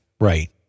Right